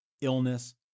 illness